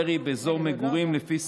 ירי באזור מגורים, לפי